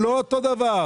זה לא אותו דבר.